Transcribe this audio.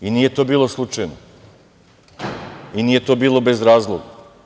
Nije to bilo slučajno, nije to bilo bez razloga.